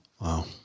Wow